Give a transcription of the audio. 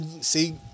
See